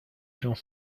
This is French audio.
gens